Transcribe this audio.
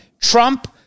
Trump